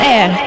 Air